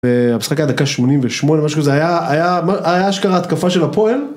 והמשחק היה דקה שמונים ושמונה, משהו כזה, היה היה היה אשכרה התקפה של הפועל